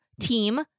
team